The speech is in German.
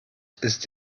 ist